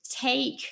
take